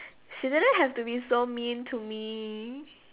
she didn't have to be so mean to me